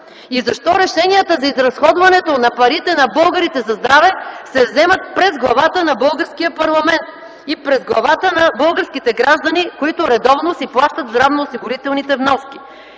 и защо решенията за изразходването на парите на българите за здраве се вземат през главата на българския парламент и през главата на българските граждани, които редовно си плащат здравноосигурителните вноски?